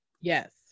Yes